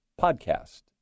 podcast